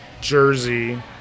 Jersey